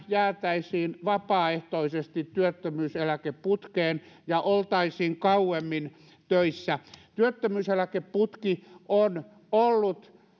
jäätäisiin vapaaehtoisesti työttömyyseläkeputkeen ja oltaisiin kauemmin töissä työttömyyseläkeputki on ollut